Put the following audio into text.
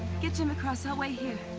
get jim across, i'll wait here.